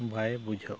ᱵᱟᱭ ᱵᱩᱡᱷᱟᱹᱜᱼᱟ